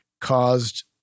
caused